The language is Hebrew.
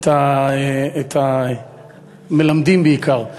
את המלמדים בעיקר.